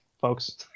folks